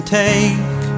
take